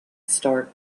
start